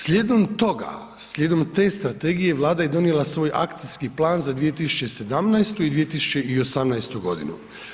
Slijedom toga, slijedom te strategije Vlada je donijela svoj Akcijski plan za 2017. i 2018. godinu.